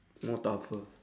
more tougher